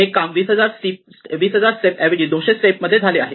हे काम 20000 स्टेप ऐवजी 200 स्टेप मध्ये झाले आहे